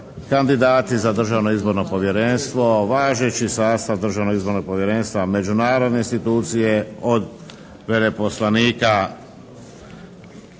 Kandidati za Državno izborno povjerenstvo. Važeći sastav Državnog izbornog povjerenstva. Međunarodne institucije od veleposlanika